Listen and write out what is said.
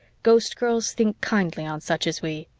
ghostgirls, think kindly on such as we,